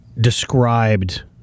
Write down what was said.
described